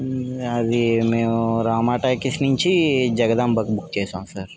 అది మేము రామా టాకీస్ నుంచి జగదాంబకి బుక్ చేసాం సార్